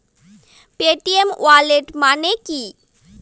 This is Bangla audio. পেটিএম ওয়ালেট মানে কি?